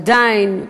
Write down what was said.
עדיין,